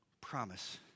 promise